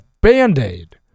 Band-Aid